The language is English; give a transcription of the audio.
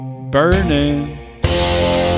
burning